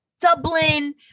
Dublin